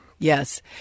Yes